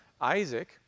Isaac